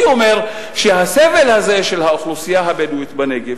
אני אומר שהסבל הזה של האוכלוסייה הבדואית בנגב,